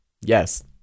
Yes